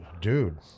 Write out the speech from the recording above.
Dude